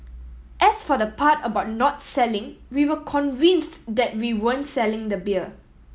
as for the part about not selling we were convinced that we weren't selling the beer